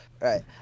right